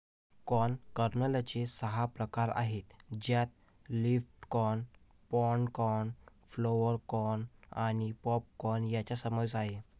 corn कर्नलचे सहा प्रकार आहेत ज्यात flint corn, pod corn, flour corn आणि पॉप कॉर्न यांचा समावेश आहे